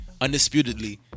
undisputedly